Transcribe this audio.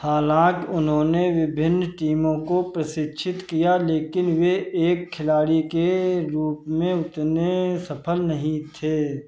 हालाँकि उन्होंने विभिन्न टीमों को प्रशिक्षित किया लेकिन वे एक खिलाड़ी के रूप में उतने सफल नहीं थे